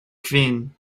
kvin